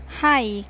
Hi